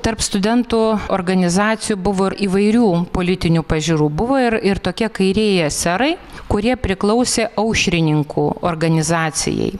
tarp studentų organizacijų buvo ir įvairių politinių pažiūrų buvo ir ir tokia kairieji eserai kurie priklausė aušrininkų organizacijai